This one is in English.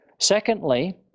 Secondly